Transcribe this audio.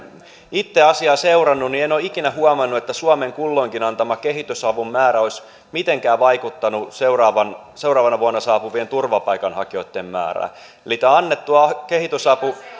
itse asiaa seurannut niin en ole ikinä huomannut että suomen kulloinkin antama kehitysavun määrä olisi mitenkään vaikuttanut seuraavana seuraavana vuonna saapuvien turvapaikanhakijoitten määrään eli tämä annettu kehitysapu